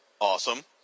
Awesome